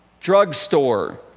drugstore